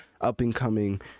up-and-coming